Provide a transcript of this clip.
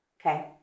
okay